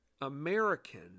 American